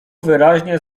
wyraźnie